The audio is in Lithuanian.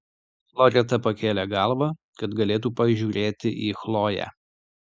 loreta pakėlė galvą kad galėtų pažiūrėti į chloję